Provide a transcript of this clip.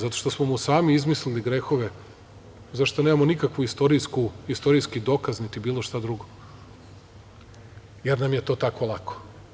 Zato što smo mu sami izmislili grehove, za šta nemamo nikakvi istorijski dokaz niti bilo šta drugo, jer nam je to tako lako.